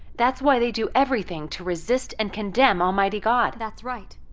that's why they do everything to resist and condemn almighty god. that's right.